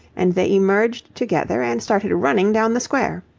and they emerged together and started running down the square.